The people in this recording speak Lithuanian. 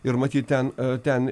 ir matyt ten ten